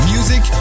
Music